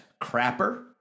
crapper